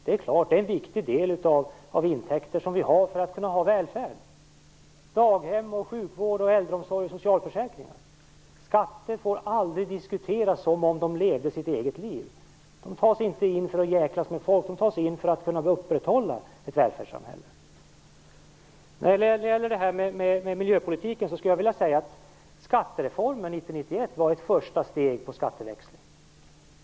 Den är en viktig del av de intäkter vi har för att kunna ha välfärd - daghem, sjukvård, äldreomsorg och socialförsäkringar. Skatter får aldrig diskuteras som om de levde sitt eget liv. De tas inte in för att jäklas med folk, utan för att kunna upprätthålla ett välfärdssamhälle. Skattereformen 1990-91 var ett första steg på vägen mot skatteväxling och miljöpolitik.